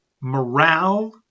morale